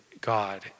God